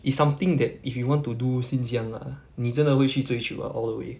it's something that if you want to do since young lah 你真的会去追求 ah all the way